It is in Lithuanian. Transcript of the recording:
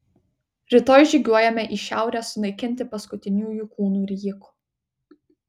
rytoj žygiuojame į šiaurę sunaikinti paskutiniųjų kūnų rijikų